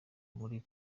muri